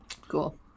Cool